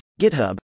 GitHub